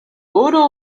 өөрөө